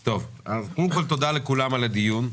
קודם כול, תודה לכולם על הדיון.